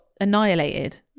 annihilated